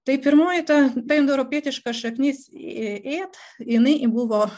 tai pirmoji ta indoeuropietiškas šaknis ėt jinai buvo